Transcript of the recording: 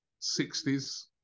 60s